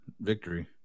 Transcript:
victory